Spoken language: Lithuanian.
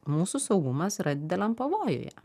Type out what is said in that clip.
mūsų saugumas yra dideliam pavojuje